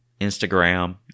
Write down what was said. Instagram